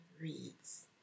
reads